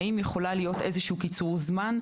האם יכול להיות קיצור זמן.